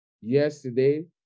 yesterday